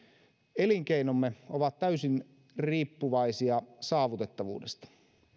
elinkeinomme ovat täysin riippuvaisia saavutettavuudesta